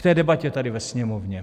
K té debatě tady ve Sněmovně.